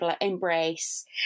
embrace